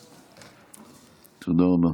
תודה.